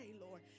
Lord